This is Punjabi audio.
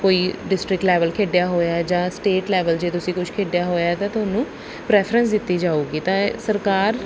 ਕੋਈ ਡਿਸਟ੍ਰਿਕਟ ਲੈਵਲ ਖੇਡਿਆ ਹੋਇਆ ਜਾਂ ਸਟੇਟ ਲੈਵਲ ਜੇ ਤੁਸੀਂ ਕੁਝ ਖੇਡਿਆ ਹੋਇਆ ਤਾਂ ਤੁਹਾਨੂੰ ਪ੍ਰੈਫਰੈਂਸ ਦਿੱਤੀ ਜਾਵੇਗੀ ਤਾਂ ਸਰਕਾਰ